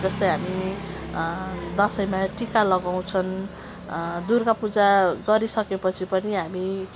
जस्तै हामी दसैँमा टिका लगाउँछौँ दुर्गापूजा गरिसकेपछि पनि हामी